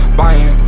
buying